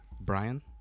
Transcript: Brian